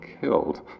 killed